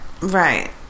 right